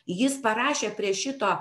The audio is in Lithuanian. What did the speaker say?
jis parašė prie šito